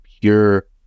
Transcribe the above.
pure